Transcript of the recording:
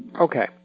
Okay